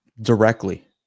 directly